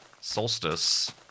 Solstice